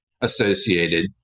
associated